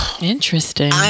Interesting